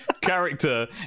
character